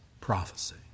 prophecy